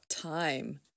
time